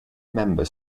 member